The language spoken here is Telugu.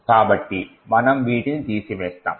కాబట్టి మనము వీటిని తీసివేస్తాము